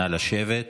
נא לשבת.